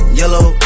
yellow